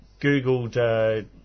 Googled